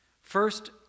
first